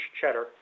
cheddar